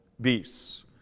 beasts